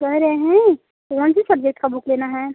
कह रहे हैं कौन सी सब्जेक्ट का बुक लेना है